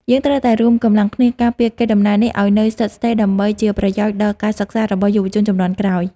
យើងត្រូវតែរួមកម្លាំងគ្នាការពារកេរដំណែលនេះឱ្យនៅស្ថិតស្ថេរដើម្បីជាប្រយោជន៍ដល់ការសិក្សារបស់យុវជនជំនាន់ក្រោយ។